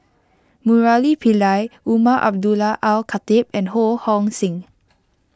Murali Pillai Umar Abdullah Al Khatib and Ho Hong Sing